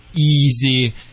easy